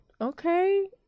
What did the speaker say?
Okay